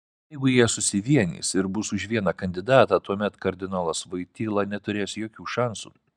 jeigu jie susivienys ir bus už vieną kandidatą tuomet kardinolas voityla neturės jokių šansų